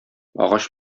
агач